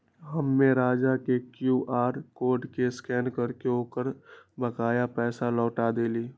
हम्मे राजा के Q R code के स्कैन करके ओकर बकाया पैसा लौटा देली